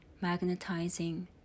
magnetizing